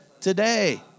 today